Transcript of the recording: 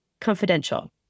confidential